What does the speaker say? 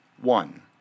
one